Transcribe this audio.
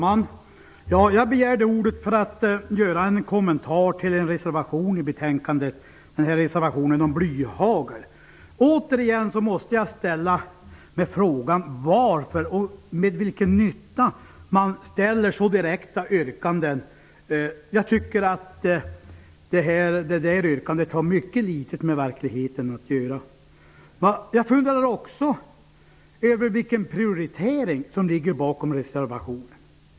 Fru talman! Jag begärde ordet för att göra en kommentar till en reservation i betänkandet, nämligen reservationen om blyhagel. Återigen måste jag ställa mig frågan varför och till vilken nytta man ställer så direkta yrkanden. Jag tycker att det yrkandet har mycket litet med verkligheten att göra. Jag funderar också över vilken prioritering som ligger bakom reservationen.